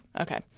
Okay